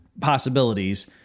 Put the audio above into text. possibilities